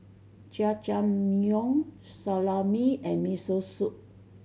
Jajangmyeon Salami and Miso Soup